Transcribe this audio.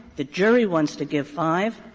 the jury wants to give five,